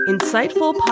Insightful